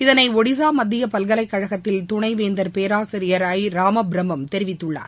இதனைஒடிசாமத்தியப்பல்கலைக்கழகத்தில் துனைவேந்தர் பேராசிரியர் ஐ ராமபிரம்மம் தெரிவித்துள்ளார்